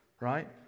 right